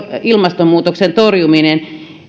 ilmastonmuutoksen torjuminen